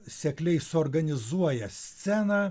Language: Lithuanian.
sekliai suorganizuoja sceną